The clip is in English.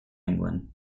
england